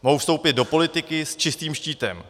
Mohou vstoupit do politiky s čistým štítem.